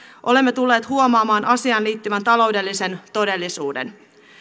olemme tulleet huomaamaan asiaan liittyvän taloudellisen todellisuuden